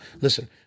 Listen